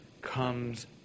comes